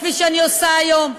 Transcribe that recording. כפי שאני עושה היום,